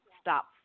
Stop